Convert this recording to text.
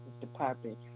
Department